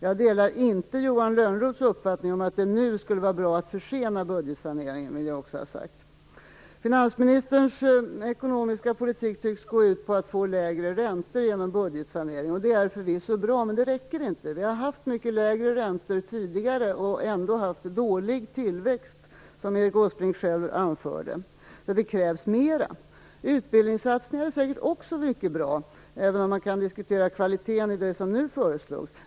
Jag delar inte Johan Lönnroths uppfattning att det nu skulle vara bra att försena budgetsaneringen. Det vill jag också ha sagt. Finansministerns ekonomiska politik tycks gå ut på att få lägre räntor genom budgetsanering. Det är förvisso bra, men det räcker inte. Vi har, som Erik Åsbrink själv anförde, haft mycket lägre räntor tidigare och ändå haft en dålig tillväxt. Så det krävs mer. Utbildningssatsningar är säkert också mycket bra, även om man kan diskutera kvaliteten i det som nu föreslås.